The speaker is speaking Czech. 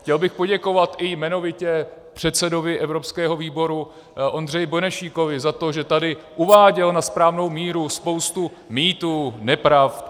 Chtěl bych poděkovat i jmenovitě předsedovi evropského výboru Ondřeji Benešíkovi za to, že tady uváděl na správnou míru spoustu mýtů, nepravd.